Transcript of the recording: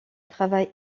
travaille